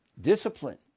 discipline